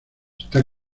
está